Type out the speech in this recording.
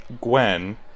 Gwen